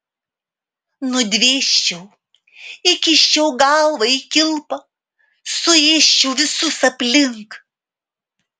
nudvėsčiau įkiščiau galvą į kilpą suėsčiau visus aplink